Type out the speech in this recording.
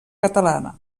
catalana